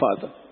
Father